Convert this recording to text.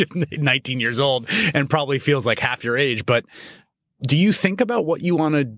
nineteen years old and probably feels like half your age. but do you think about what you want to,